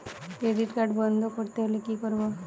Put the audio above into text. Credit card বন্ধ করতে হলে কি করব?